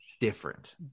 different